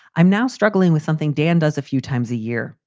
i'm now struggling with something dan does a few times a year.